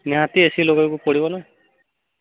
ନିହାତି A C ଲଗେଇବାକୁ ପଡ଼ିବ ନା